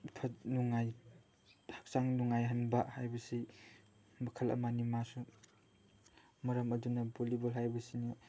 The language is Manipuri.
ꯑꯐ ꯅꯨꯡꯉꯥꯏ ꯍꯛꯆꯥꯡ ꯅꯨꯡꯉꯥꯏꯍꯟꯕ ꯍꯥꯏꯕꯁꯤ ꯃꯈꯜ ꯑꯃꯅꯤ ꯃꯥꯁꯨ ꯃꯔꯝ ꯑꯗꯨꯅ ꯚꯣꯂꯤꯕꯣꯜ ꯍꯥꯏꯕꯁꯤꯅ